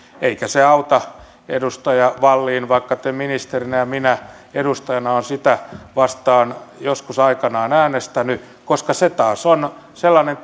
eikä se auta edustaja wallin vaikka te ministerinä ja minä edustajana olemme sitä vastaan joskus aikanaan äänestäneet koska se taas on sellainen